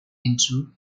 into